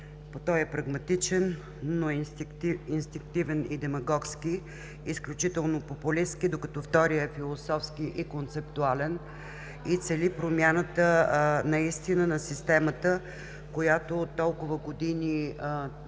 той е прагматичен, но е инстинктивен и демагогски, изключително популистки, докато вторият е философски и концептуален и цели промяната настина на системата, която от толкова години се